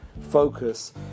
focus